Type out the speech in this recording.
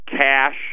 cash